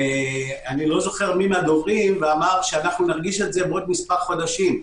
אני לא זוכר מי מהדוברים אמר שאנחנו נרגיש את זה בעוד מספר חודשים.